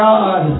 God